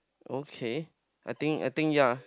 okay I think I think yea